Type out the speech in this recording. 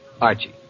Archie